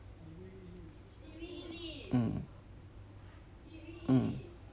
mm mm